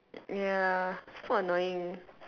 ya so annoying